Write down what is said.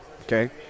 Okay